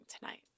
tonight